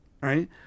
right